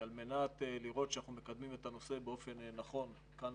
על-מנת לראות שאנחנו מקדמים את הנושא באופן נכון כאן